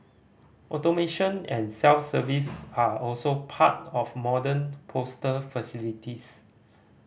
automation and self service are also part of modern postal facilities